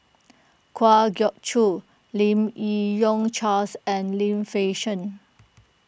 Kwa Geok Choo Lim Yi Yong Charles and Lim Fei Shen